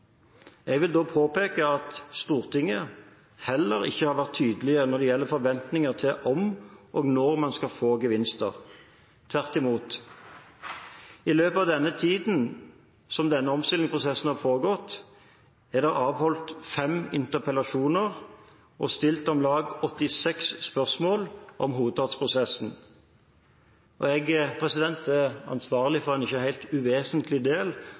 Jeg vil da påpeke at Stortinget heller ikke har vært tydelig når det gjelder forventningene til om og når man skal få gevinster. Tvert imot – i løpet av tiden som denne omstillingsprosessen har foregått, er det avholdt fem interpellasjoner og stilt om lag 86 spørsmål om hovedstadsprosessen. Jeg er ansvarlig for en ikke helt uvesentlig del